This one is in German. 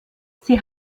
sie